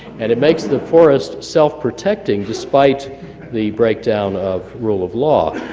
and it makes the forest self-protecting despite the breakdown of rule of law.